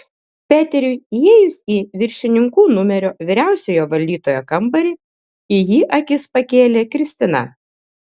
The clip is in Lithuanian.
peteriui įėjus į viršininkų numerio vyriausiojo valdytojo kambarį į jį akis pakėlė kristina